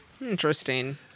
Interesting